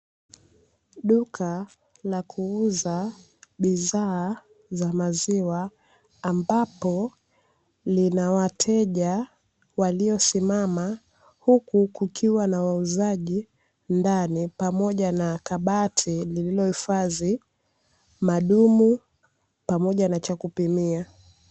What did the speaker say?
Duka la kuuza bidhaa za maziwa ambapo lina wateja waliosimama, huku kukiwa na wauzaji ndani pamoja na kabati lililohifadhi madumu pamoja na cha kupimia.